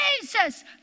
Jesus